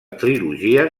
trilogia